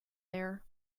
there